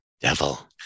Devil